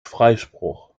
freispruch